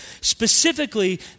specifically